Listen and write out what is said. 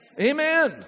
Amen